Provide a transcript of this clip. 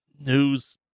news